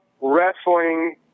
wrestling